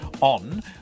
On